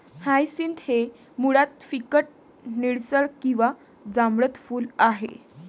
hyacinth हे मुळात फिकट निळसर किंवा जांभळट फूल आहे